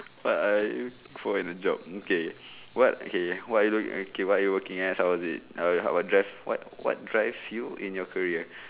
what I look for in a job okay what okay what are you do okay what are you working as how was it uh what drive what what drive you in your career